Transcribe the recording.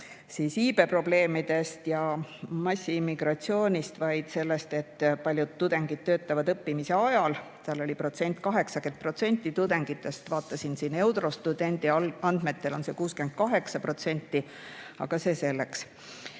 iibeprobleemidest ja massiimmigratsioonist, vaid sellest, et paljud tudengid töötavad õppimise ajal. See protsent oli 80% tudengitest. Mina vaatasin, et Eurostudenti andmetel on see 68%. Aga see selleks.